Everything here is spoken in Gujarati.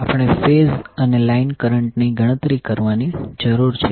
આપણે ફેઝ અને લાઈન કરંટની ગણતરી કરવાની જરૂર છે